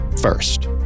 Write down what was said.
first